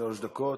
שלוש דקות.